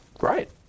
right